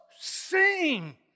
sing